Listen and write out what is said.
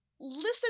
Listen